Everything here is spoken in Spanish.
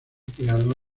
creador